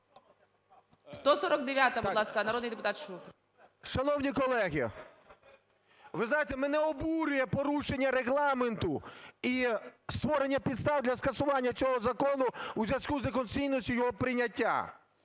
149-а. Будь ласка, народний депутат Шуфрич. 11:31:30 ШУФРИЧ Н.І. Шановні колеги! Ви знаєте, мене обурює порушення Регламенту і створення підстав для скасування цього закону у зв'язку з неконституційністю його прийняття,